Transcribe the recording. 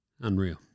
unreal